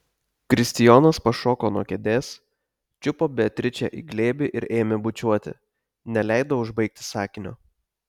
kristijonas pašoko nuo kėdės čiupo beatričę į glėbį ir ėmė bučiuoti neleido užbaigti sakinio